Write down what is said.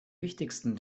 wichtigsten